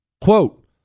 Quote